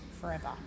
forever